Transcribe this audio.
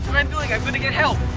i'm doing. i'm gonna get help.